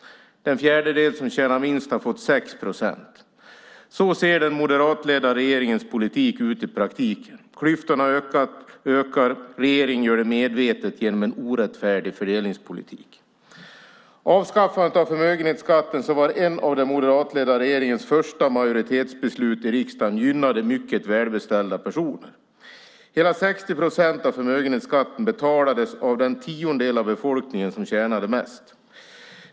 Den fjärdedel som tjänar minst har fått 6 procent. Så ser den moderatledda regeringens politik ut i praktiken. Klyftorna ökar. Regeringen gör det medvetet genom en orättfärdig fördelningspolitik. Avskaffandet av förmögenhetsskatten som var en av den moderatledda regeringens första majoritetsbeslut i riksdagen gynnade mycket välbeställda personer. Hela 60 procent av förmögenhetsskatten betalades av den tiondel av befolkningen som tjänade mest.